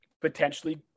potentially